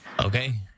Okay